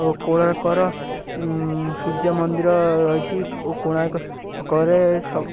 ଓ କୋଣାର୍କର ସୂର୍ଯ୍ୟ ମନ୍ଦିର ରହିଛି କୋଣାର୍କ କରେ